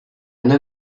neuf